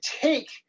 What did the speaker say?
take